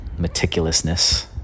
meticulousness